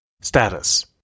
Status